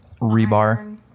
rebar